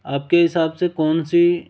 आपके हिसाब से कौन सी